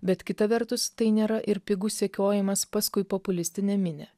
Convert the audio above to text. bet kita vertus tai nėra ir pigus sekiojimas paskui populistinę minią